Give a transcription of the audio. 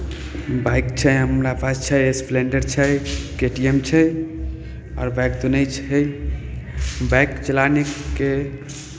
bike छै हमरा पास छै स्प्लैण्डर छै के टी एम छै और बाइक तऽ नहि छै बाइक चलानेके